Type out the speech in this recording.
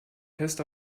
fest